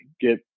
get